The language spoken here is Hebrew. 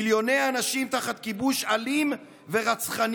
מיליוני אנשים תחת כיבוש אלים ורצחני.